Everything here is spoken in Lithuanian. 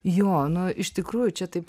jo nu iš tikrųjų čia taip